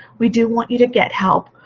we do want you to get help,